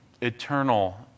eternal